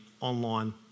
online